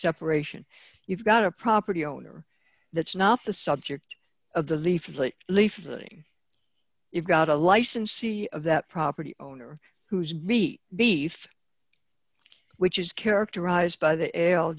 separation you've got a property owner that's not the subject of the leaf the leaf thing you've got a licensee of that property owner who's beat beef which is characterized by the l